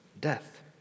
death